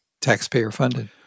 taxpayer-funded